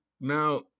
Now